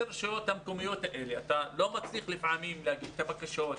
הרשויות המקומיות האלה אתה לפעמים לא מצליח להגיש את הבקשות,